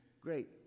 Great